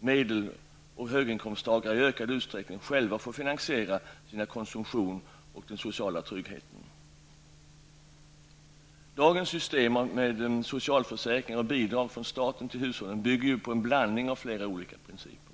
medel och höginkomsttagare i ökad usträckning själva får finansiera sin konsumtion och sociala trygghet. Dagens system med socialförsäkring och bidrag från staten till hushållen bygger på en blandning av flera olika principer.